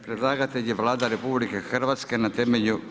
Predlagatelj je Vlada RH na temelju